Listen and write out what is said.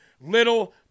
little